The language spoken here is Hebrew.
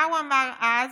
מה הוא אמר אז?